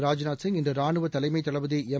ராஜ்நாத் சிங் இன்று ராணுவ தலைமைத் தளபதி எம்